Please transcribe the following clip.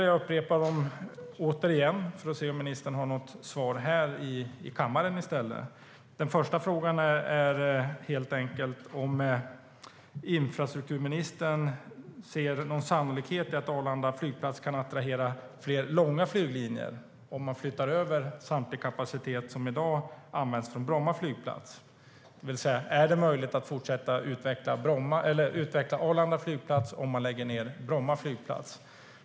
Jag upprepar mina två frågor för att se om ministern har något svar nu i stället. Den första frågan är helt enkelt om infrastrukturministern ser någon sannolikhet i att Arlanda flygplats kan attrahera fler långa flyglinjer om man flyttar över samtlig kapacitet som i dag finns på Bromma flygplats. Är det alltså möjligt att fortsätta utveckla Arlanda flygplats om man lägger ned Bromma flygplats?